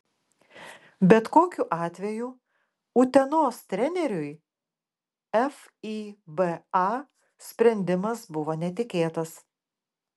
bet kokiu atveju utenos treneriui fiba sprendimas buvo netikėtas